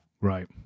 Right